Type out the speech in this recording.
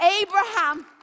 Abraham